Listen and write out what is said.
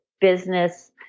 business